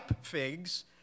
figs